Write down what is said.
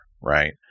right